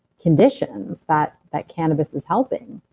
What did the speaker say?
conditions that that cannabis is helping.